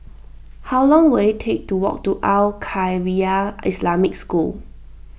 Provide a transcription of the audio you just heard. how long will it take to walk to Al Khairiah Islamic School